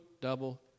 double